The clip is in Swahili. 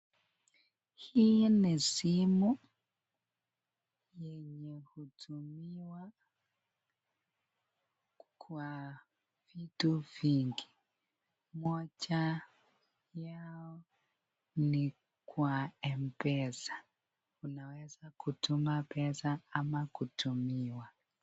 Hii ni simu yenye hutumiwa kwa vitu vingi, moja yao ni kwa mpesa unaweza kutuma pesa ama kutumiwa.